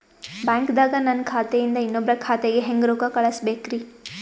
ಬ್ಯಾಂಕ್ದಾಗ ನನ್ ಖಾತೆ ಇಂದ ಇನ್ನೊಬ್ರ ಖಾತೆಗೆ ಹೆಂಗ್ ರೊಕ್ಕ ಕಳಸಬೇಕ್ರಿ?